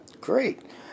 great